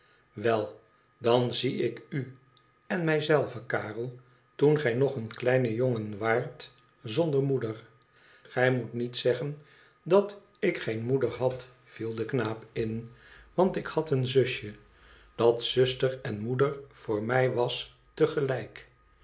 wd dan zie ik u en mij zelve karel toen gij nog een kleine jongen waart zonder moeder gij moet niet zeggen dat ik geen moeder had viel de knaap in want ik had een zusje dat zuster en moeder voor mij was